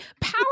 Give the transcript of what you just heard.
power